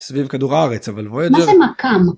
סביב כדור הארץ, אבל בואי... מה זה מכ"ם?